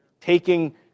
taking